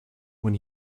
when